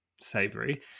savory